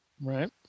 right